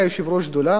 שימש אז כיושב-ראש השדולה